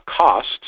costs